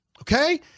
Okay